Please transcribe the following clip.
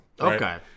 Okay